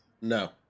No